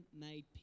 made